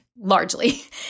Largely